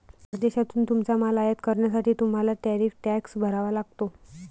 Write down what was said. परदेशातून तुमचा माल आयात करण्यासाठी तुम्हाला टॅरिफ टॅक्स भरावा लागतो